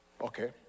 Okay